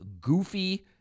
goofy